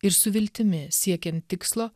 ir su viltimi siekiant tikslo